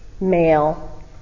male